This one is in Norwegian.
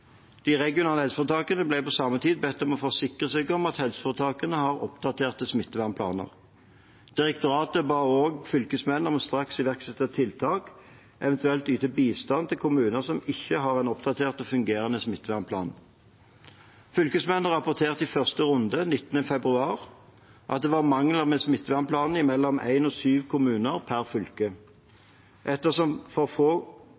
De regionale helseforetakene ble på samme tid bedt om å forsikre seg om at helseforetakene har oppdaterte smittevernplaner. Direktoratet ba også fylkesmennene om straks å iverksette tiltak, eventuelt yte bistand til kommuner som ikke har en oppdatert og fungerende smittevernplan. Fylkesmennene rapporterte i første runde, 19. februar, at det var mangler ved smittevernplanene i mellom én og syv kommuner per fylke. Ettersom for få